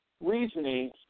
reasoning